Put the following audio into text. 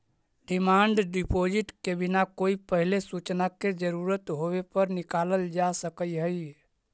demand deposit के बिना कोई पहिले सूचना के जरूरत होवे पर निकालल जा सकऽ हई